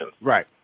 Right